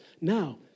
Now